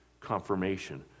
confirmation